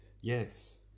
Yes